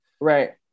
Right